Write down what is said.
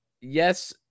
Yes